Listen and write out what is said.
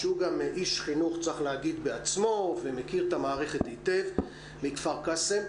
שהוא גם איש חינוך בעצמו ומכיר את המערכת היטב מכבר קאסם,